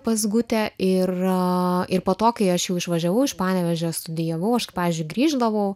pas gutę ir o ir po to kai aš išvažiavau iš panevėžio studijavau aš pavyzdžiui grįždavau